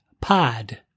pod